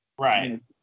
Right